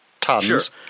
tons